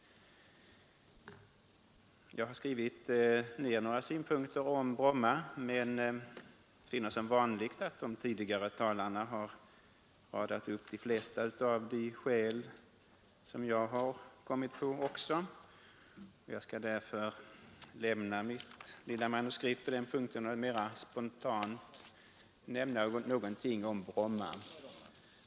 Jag har skrivit ner några synpunkter om Bromma men finner som vanligt att de tidigare talarna har radat upp de flesta av de skäl som jag har kommit på. Jag skall därför lämna mitt lilla manuskript på den punkten och mera spontant säga någonting om Bromma.